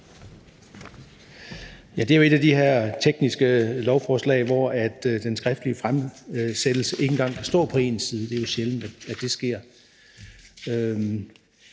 Det er jo et af de her tekniske lovforslag, hvor den skriftlige fremsættelse ikke engang kan stå på én side – det er jo sjældent, at det sker.